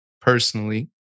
personally